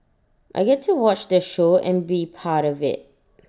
I get to watch the show and be part of IT